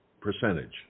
percentage